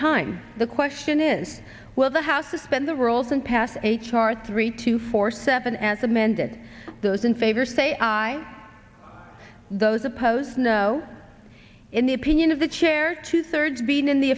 time the question is will the house suspend the rules and pass h r three two four seven as amended those in favor say aye those opposed no in the opinion of the chair two thirds being in the